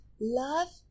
love